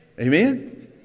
Amen